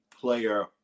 player